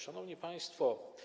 Szanowni Państwo!